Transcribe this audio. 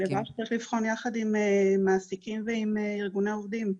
זה דבר שצריך לבחון יחד עם מעסיקים ועם ארגוני העובדים.